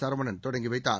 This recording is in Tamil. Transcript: சரவணன் தொடங்கி வைத்தார்